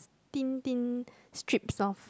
thin thin strip of